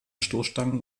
stoßstangen